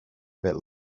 bit